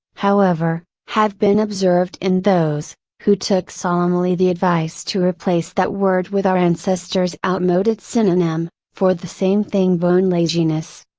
however, have been observed in those, who took solemnly the advice to replace that word with our ancestors outmoded synonym, for the same thing bone laziness.